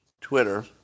Twitter